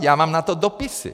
Já mám na to dopisy.